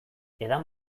edan